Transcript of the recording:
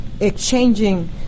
exchanging